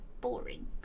boring